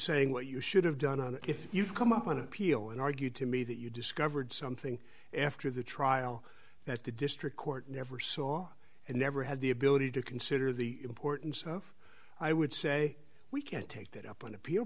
saying what you should have done and if you come up on appeal and argue to me that you discovered something after the trial that the district court never saw and never had the ability to consider the importance of i would say we can take that up on a